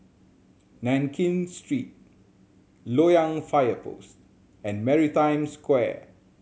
Nankin Street Loyang Fire Post and Maritime Square